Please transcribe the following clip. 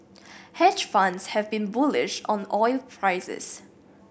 hedge funds have been bullish on oil prices